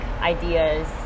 ideas